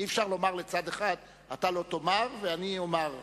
אי-אפשר לומר לצד אחד: אתה לא תאמר ואני אומר.